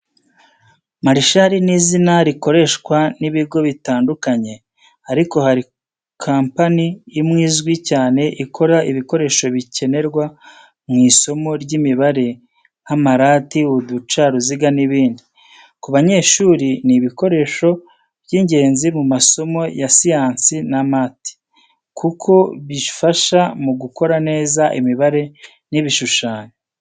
Marshal ni izina rikoreshwa n’ibigo bitandukanye, ariko hari company imwe izwi cyane ikora ibikoresho bikenerwa mu isomo ry’imibare nk’amarati, uducaruziga n’ibindi. Ku banyeshuri ni ibikoresho by’ingenzi mu masomo ya siyansi na math, kuko bifasha mu gukora neza imibare n’ibishushanyo.